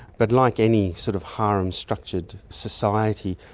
but like any sort of harem structured society,